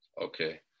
Okay